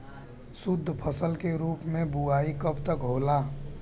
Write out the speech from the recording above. शुद्धफसल के रूप में बुआई कब तक होला?